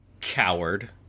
coward